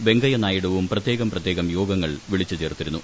വെങ്കയ്യ നായിഡുവും പ്രത്യേകം പ്രത്യേകം യോഗങ്ങൾ വിളിച്ചു ചേർത്തിരുന്നു